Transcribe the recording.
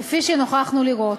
כפי שנוכחנו לראות.